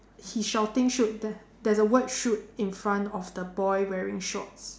he shouting shoot there there's a word shoot in front of the boy wearing shorts